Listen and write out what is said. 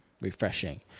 refreshing